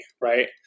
right